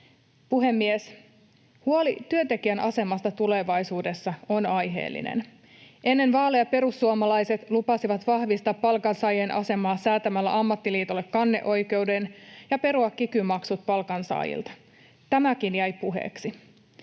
Puhemies! Huoli työntekijän asemasta tulevaisuudessa on aiheellinen. Ennen vaaleja perussuomalaiset lupasivat vahvistaa palkansaajien asemaa säätämällä ammattiliitoille kanneoikeuden ja perua kiky-maksut palkansaajilta. Tämäkin jäi puheeksi.